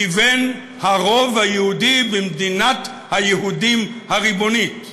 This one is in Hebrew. כבן הרוב היהודי במדינת היהודים הריבונית.